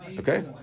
Okay